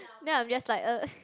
then I'm just like uh